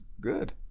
good